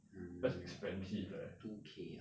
mm two K ah